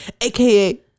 aka